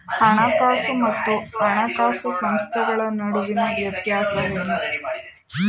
ಹಣಕಾಸು ಮತ್ತು ಹಣಕಾಸು ಸಂಸ್ಥೆಗಳ ನಡುವಿನ ವ್ಯತ್ಯಾಸವೇನು?